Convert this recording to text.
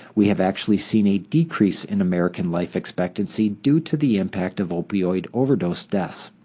we have actually seen a decrease in american life expectancy due to the impact of opioid overdose deaths.